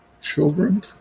children